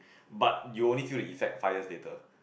but you will only feel the effect five years later